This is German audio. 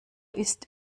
ist